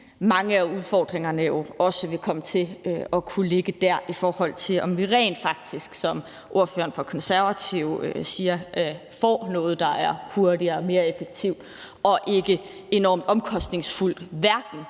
mange af udfordringerne vil også komme til at kunne ligge der, i forhold til om vi rent faktisk, som ordføreren for Konservative siger, får noget, der er hurtigere og mere effektivt og ikke enormt omkostningsfuldt – hverken